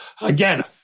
Again